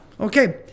Okay